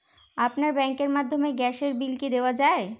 আপনার ব্যাংকের মাধ্যমে গ্যাসের বিল কি দেওয়া য়ায়?